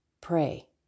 pray